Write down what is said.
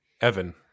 Evan